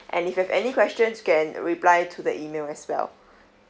and if you have any questions you can reply to the email as well